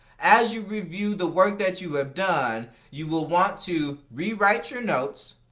as you review the work that you have done you will want to rewrite your notes,